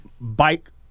bike